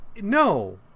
no